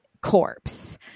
corpse